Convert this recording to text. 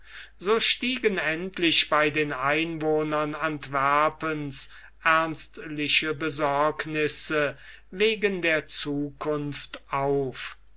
so stiegen endlich bei den einwohnern antwerpens ernstliche besorgnisse wegen der zukunft auf